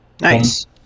nice